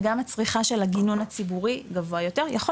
וגם הצריכה של הגינון הציבורי גבוה יותר,